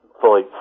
fully